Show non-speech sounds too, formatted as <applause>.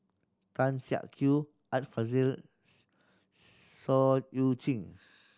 Tan Siak Kew Art Fazils <unintelligible> Seah Eu Chin